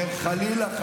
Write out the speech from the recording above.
חלילה,